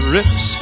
Ritz